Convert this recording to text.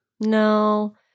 No